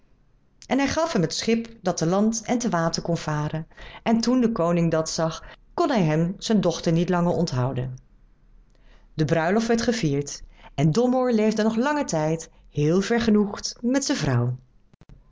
en hij gaf hem het schip dat te land en te water kon varen en toen de koning dat zag kon hij hem zijn dochter niet langer onthouden de bruiloft werd gevierd en domoor leefde nog langen tijd heel vergenoegd met zijn vrouw